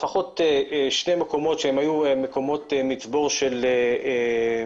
לפחות שני מקומות שהיוו מצבור של מצברים